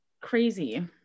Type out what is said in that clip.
crazy